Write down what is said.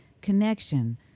connection